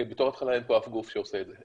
בתור התחלה אין פה אף גוף שעושה את זה.